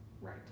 Right